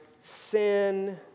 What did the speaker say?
Sin